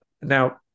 Now